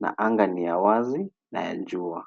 na anga ni ya wazi na ya jua.